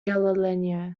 galliano